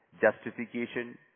justification